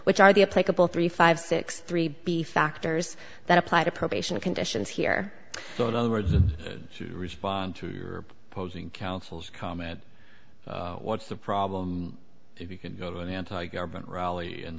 couple three five six three be factors that apply to probation conditions here so in other words to respond to your opposing counsel's comment what's the problem if you can go to an anti government rally in